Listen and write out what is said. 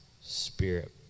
Spirit